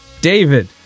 David